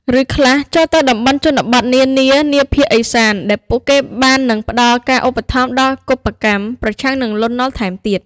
ឬខ្លះចូលទៅតំបន់ជនបទនានានៅភាគឦសាន ដែលពួកគេបាននឹងផ្ដល់ការឧបត្ថម្ភដល់កុបកម្មប្រឆាំងនឹងលន់ នល់ថែមទៀត។